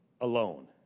alone